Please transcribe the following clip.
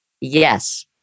Yes